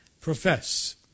profess